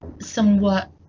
somewhat